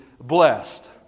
blessed